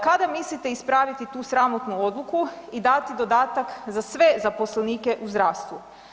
Kada mislite ispraviti tu sramotnu odluku i dati dodatak za sve zaposlenike u zdravstvu?